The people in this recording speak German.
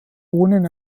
wohnen